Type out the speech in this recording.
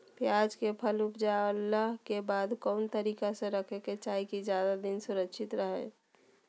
प्याज के फसल ऊपजला के बाद कौन तरीका से रखे के चाही की ज्यादा दिन तक सुरक्षित रहय?